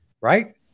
Right